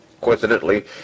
coincidentally